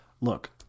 look